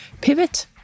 pivot